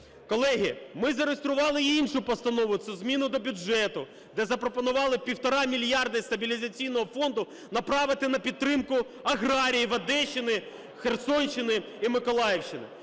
Колеги, ми зареєстрували і іншу постанову – це зміну до бюджету, де запропонували півтора мільярди Стабілізаційного фонду направити на підтримку аграріїв Одещини, Херсонщини і Миколаївщини.